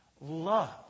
Love